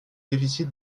déficit